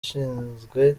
ashinzwe